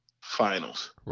finals